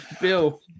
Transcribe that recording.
Bill